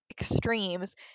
extremes